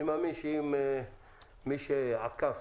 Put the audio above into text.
אני מאמין שמי שעקף